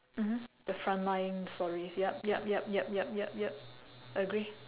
mmhmm the front line stories yup yup yup yup yup yup yup agree